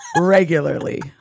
regularly